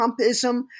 Trumpism